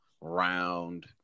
round